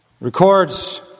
records